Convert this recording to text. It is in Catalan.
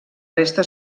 resta